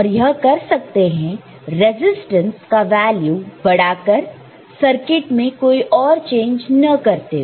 और यह कर सकते हैं रेजिस्टेंस का वैल्यू बढ़ाकर सर्किट में कोई और चेंज न करते हुए